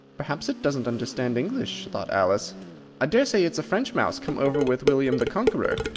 perhaps it doesn't understand english, thought alice i daresay it's a french mouse, come over with william the conqueror.